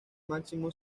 máximo